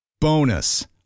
Bonus